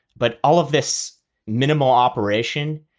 but all of this minimal operation,